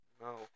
No